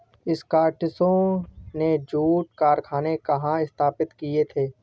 स्कॉटिशों ने जूट कारखाने कहाँ स्थापित किए थे?